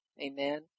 Amen